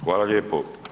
Hvala lijepo.